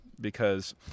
because-